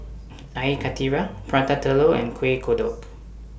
Air Karthira Prata Telur and Kueh Kodok